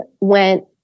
went